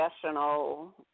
professional